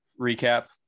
Recap